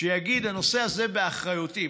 שיגיד: הנושא הזה באחריותי.